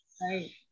right